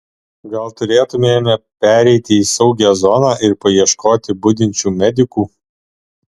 gal turėtumėme pereiti į saugią zoną ir paieškoti budinčių medikų